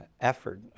effort